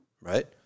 right